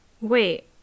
Wait